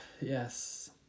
yes